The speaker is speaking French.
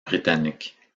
britanniques